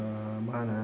मा होनो